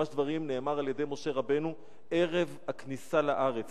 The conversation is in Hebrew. חומש דברים נאמר על-ידי משה רבנו ערב הכניסה לארץ,